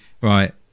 right